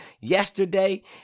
yesterday